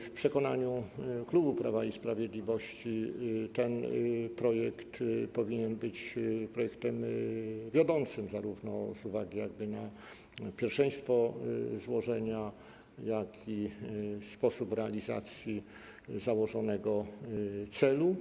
W przekonaniu klubu Prawa i Sprawiedliwości ten projekt powinien być projektem wiodącym z uwagi zarówno na pierwszeństwo jego złożenia, jak i na sposób realizacji założonego celu.